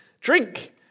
Drink